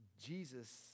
Jesus